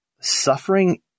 suffering